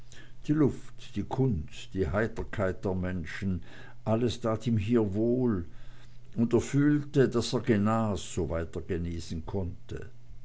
die luft die kunst die heiterkeit der menschen alles tat ihm hier wohl und er fühlte daß er genas soweit er wieder genesen konnte